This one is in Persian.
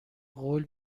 قول